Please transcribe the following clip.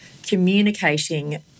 communicating